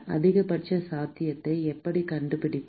அதிகபட்ச சாத்தியத்தை எப்படி கண்டுபிடிப்பது